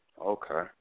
Okay